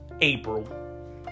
April